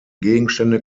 gegenstände